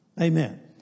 Amen